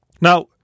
Now